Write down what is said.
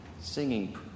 singing